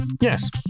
Yes